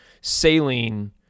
saline